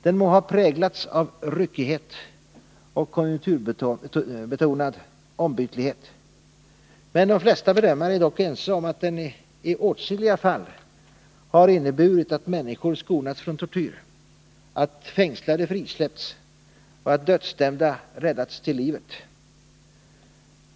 Den må ha präglats av ryckighet och konjunkturbetonad ombytlighet. Men de flesta bedömare är dock ense om att den i åtskilliga fall har inneburit att människor skonats från tortyr, att fängslade frisläppts och att dödsdömda räddats till livet.